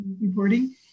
reporting